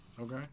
Okay